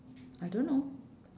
I don't know